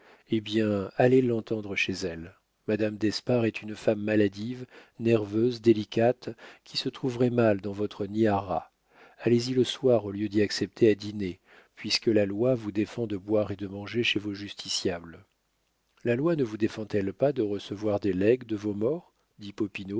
eh bien allez l'entendre chez elle madame d'espard est une femme maladive nerveuse délicate qui se trouverait mal dans votre nid à rats allez-y le soir au lieu d'y accepter à dîner puisque la loi vous défend de boire et de manger chez vos justiciables la loi ne vous défend elle pas de recevoir des legs de vos morts